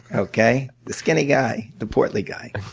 okay? the skinny guy, the portly guy.